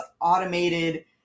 automated